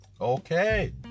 Okay